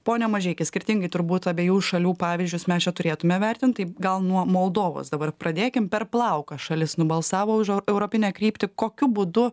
pone mažeiki skirtingai turbūt abiejų šalių pavyzdžius mes čia turėtume vertint taip gal nuo moldovos dabar pradėkim per plauką šalis nubalsavo už eu europinę kryptį kokiu būdu